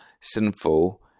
sinful